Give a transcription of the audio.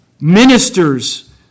ministers